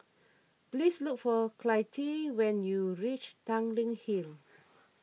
please look for Clytie when you reach Tanglin Hill